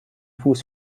fuß